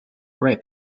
right